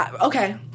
Okay